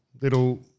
little